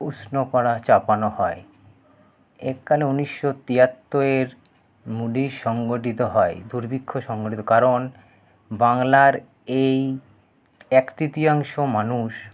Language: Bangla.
উষ্ণ করা চাপানো হয় উনিশশো তিয়াত্তয়ের মুডি সংগঠিত হয় দুর্ভিক্ষ সংগঠিত হয় কারণ বাংলার এই এক তৃতীয়াংশ মানুষ